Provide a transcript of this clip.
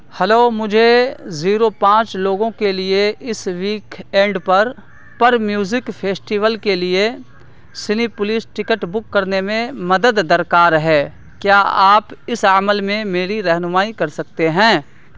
hello مجھے zero پانچ لوگوں کے لیے اس ویکاینڈ پر پر میوزک فیسٹیول کے لیے سنی پولس ٹکٹ بک کرنے میں مدد درکار ہے کیا آپ اس عمل میں میری رہنمائی کر سکتے ہیں